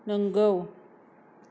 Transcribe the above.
नंगौ